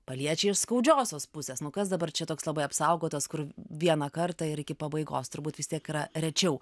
paliečia iš skaudžiosios pusės nu kas dabar čia toks labai apsaugotas kur vieną kartą ir iki pabaigos turbūt vis tiek yra rečiau